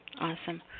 Awesome